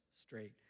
straight